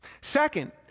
Second